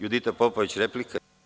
Judita Popović, replika.